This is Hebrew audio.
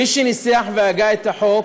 מי שניסח והגה את החוק,